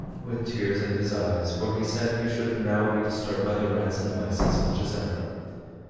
with tears in his eyes, for he said he should now be disturbed by the rats and mice as much as ever.